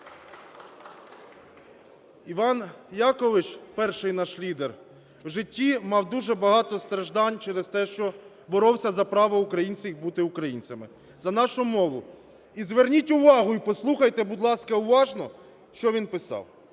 Іван Якович, перший наш лідер, в житті мав дуже багато страждань через те, що боровся за право українців бути українцями, за нашу мову. І зверніть увагу і послухайте, будь ласка, уважно, що він писав.